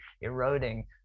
eroding